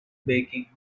baking